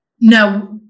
No